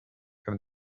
comme